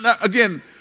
Again